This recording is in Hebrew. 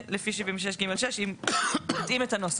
אם נתאים את הנוסח.